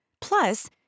Plus